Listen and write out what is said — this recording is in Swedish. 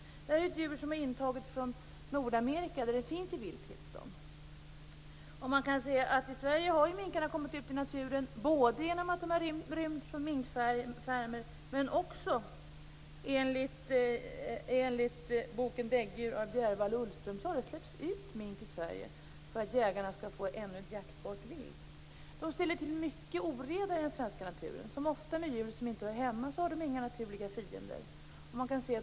Detta är ett djur som är intaget från Nordamerika där det finns i vilt tillstånd. I Sverige har minkarna kommit ut i naturen genom att de har rymt från minkfarmer. Enligt boken Däggdjur av Bjärvall och Ullström har det dessutom släppts ut mink i Sverige för att jägarna skall få ännu ett jaktbart vilt. Minkarna ställer till mycket oreda i den svenska naturen. Som ofta med djur som inte hör hemma här, har de inga naturliga fiender.